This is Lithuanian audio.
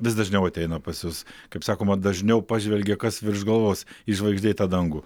vis dažniau ateina pas jus kaip sakoma dažniau pažvelgia kas virš galvos į žvaigždėtą dangų